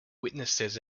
witnesses